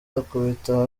akubita